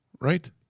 right